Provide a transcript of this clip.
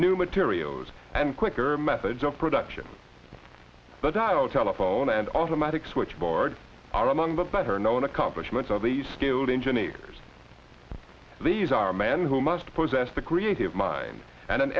new materials and quicker methods of production the dow telephone and automatic switchboard are among the better known accomplishments of these skilled engineers these are men who must possess the creative mind and an